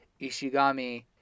ishigami